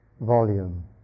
volume